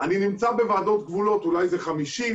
אני נמצא בוועדות גבולות, אולי זה חמישית.